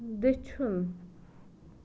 دٔچھُن